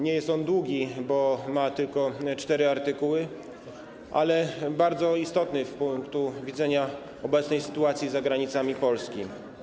Nie jest on długi, bo ma tylko cztery artykuły, ale jest bardzo istotny z punktu widzenia obecnej sytuacji za granicami Polski.